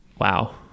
wow